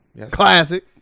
classic